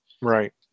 Right